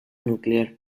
nuclear